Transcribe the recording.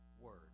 word